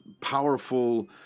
powerful